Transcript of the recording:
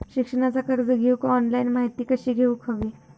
शिक्षणाचा कर्ज घेऊक ऑनलाइन माहिती कशी घेऊक हवी?